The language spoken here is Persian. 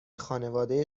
خانواده